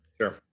sure